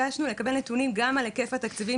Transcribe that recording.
ביקשנו לקבל נתונים גם על היקף התקציבים